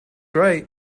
right